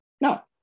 No